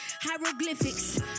hieroglyphics